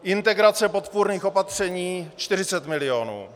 Integrace podpůrných opatření 40 milionů.